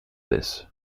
this